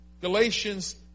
Galatians